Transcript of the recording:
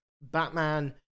Batman